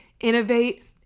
innovate